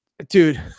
Dude